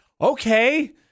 Okay